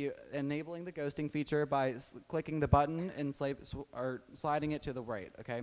be enabling the ghosting feature by clicking the button and slaves who are sliding it to the right ok